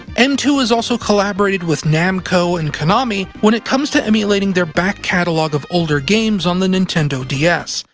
m two has also collaborated with namco and konami when it comes to emulating their back-catalog of older games on the nintendo ds,